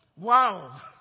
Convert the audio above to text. Wow